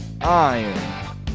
Iron